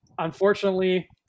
unfortunately